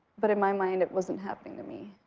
but in my mind, it wasn't happening to me.